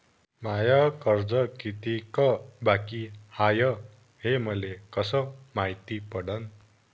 माय कर्ज कितीक बाकी हाय, हे मले कस मायती पडन?